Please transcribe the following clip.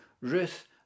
Ruth